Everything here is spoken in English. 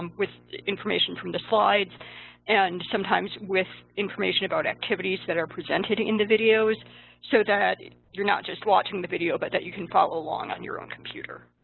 um with information from the slides and sometimes with information about activities that are presented in the videos so that you're not just watching the video but that you can follow along on your own computer.